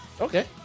Okay